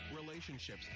relationships